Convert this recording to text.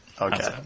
Okay